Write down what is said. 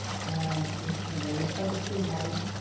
and you know we spent a few months,